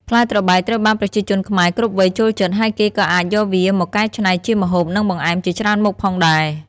ផ្លែត្របែកត្រូវបានប្រជាជនខ្មែរគ្រប់វ័យចូលចិត្ត ហើយគេក៏អាចយកវាមកកែច្នៃជាម្ហូប និងបង្អែមជាច្រើនមុខផងដែរ។